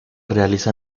realiza